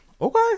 Okay